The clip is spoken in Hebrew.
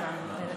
ערב טוב,